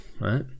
right